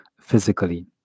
physically